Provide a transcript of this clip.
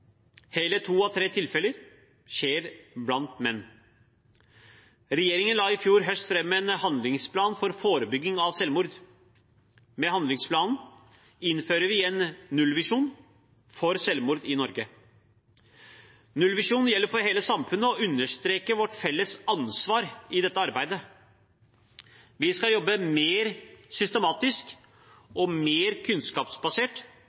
Hele to av tre tilfeller skjer blant menn. Regjeringen la i fjor høst fram en handlingsplan for forebygging av selvmord. Med handlingsplanen innfører vi en nullvisjon for selvmord i Norge. Nullvisjonen gjelder for hele samfunnet og understreker vårt felles ansvar i dette arbeidet. Vi skal jobbe mer systematisk og mer kunnskapsbasert